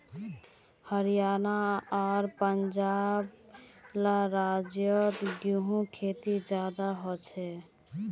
हरयाणा आर पंजाब ला राज्योत गेहूँर खेती ज्यादा होछे